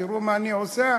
תראו מה אני עושה,